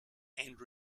and